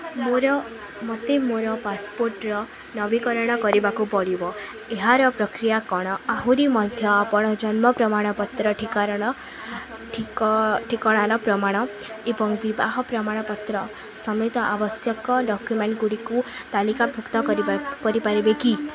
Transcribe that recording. ମୋର ମୋତେ ମୋର ପାସପୋର୍ଟ୍ର ନବୀକରଣ କରିବାକୁ ପଡ଼ିବ ଏହାର ପ୍ରକ୍ରିୟା କ'ଣ ଆହୁରି ମଧ୍ୟ ଆପଣ ଜନ୍ମ ପ୍ରମାଣପତ୍ର ଠିକଣାର ଠିକ ଠିକଣାର ପ୍ରମାଣ ଏବଂ ବିବାହ ପ୍ରମାଣପତ୍ର ସମେତ ଆବଶ୍ୟକ ଡକ୍ୟୁମେଣ୍ଟ୍ଗୁଡ଼ିକୁ ତାଲିକାଭୁକ୍ତ କରିବ କରିପାରିବେ କି